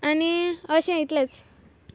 आनी अशें इतलेंच